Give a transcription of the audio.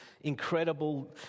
incredible